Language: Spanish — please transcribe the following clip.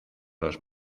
los